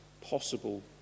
possible